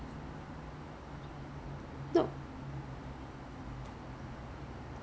在我家对面而已 so the truck will come for for like fifteen minutes so you just pick up from there and